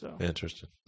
Interesting